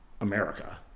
America